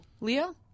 Leo